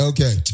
Okay